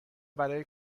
برای